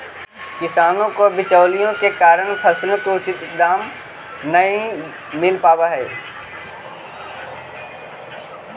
किसानों को बिचौलियों के कारण फसलों के उचित दाम नहीं मिल पावअ हई